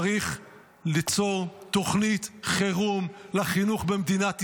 צריך ליצור תוכנית חירום לחינוך במדינת ישראל.